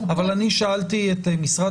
קופות החולים --- אבל אני שאלתי את משרד